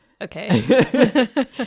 Okay